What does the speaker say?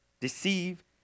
deceive